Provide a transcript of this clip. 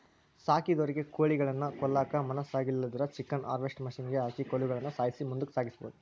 ಸಾಕಿದೊರಿಗೆ ಕೋಳಿಗುಳ್ನ ಕೊಲ್ಲಕ ಮನಸಾಗ್ಲಿಲ್ಲುದ್ರ ಚಿಕನ್ ಹಾರ್ವೆಸ್ಟ್ರ್ ಮಷಿನಿಗೆ ಹಾಕಿ ಕೋಳಿಗುಳ್ನ ಸಾಯ್ಸಿ ಮುಂದುಕ ಸಾಗಿಸಬೊದು